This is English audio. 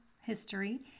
history